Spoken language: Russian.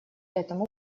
этому